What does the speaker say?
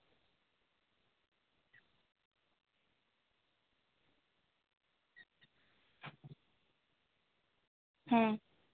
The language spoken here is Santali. ᱦᱮᱸ